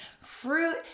fruit